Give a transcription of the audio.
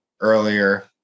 earlier